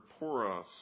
poros